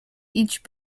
each